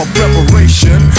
preparation